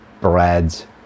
Breads